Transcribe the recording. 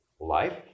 life